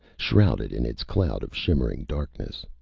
shrouded in its cloud of shimmering darkness.